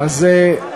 נכון.